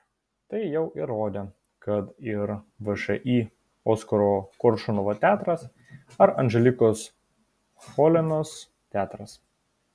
tai jau įrodė kad ir všį oskaro koršunovo teatras ar anželikos cholinos teatras